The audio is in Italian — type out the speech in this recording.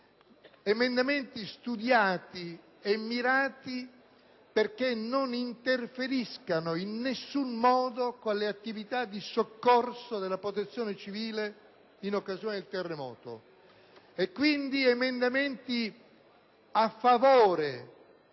Emendamenti studiati e mirati perché non interferiscano in alcun modo con le attività di soccorso della Protezione civile, in occasione del terremoto che ha